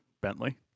Bentley